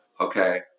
Okay